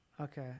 Okay